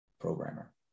programmer